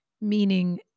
meaning